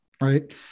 right